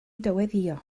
dyweddïo